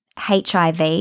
HIV